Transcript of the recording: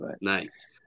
Nice